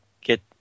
get